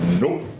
Nope